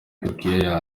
turikiya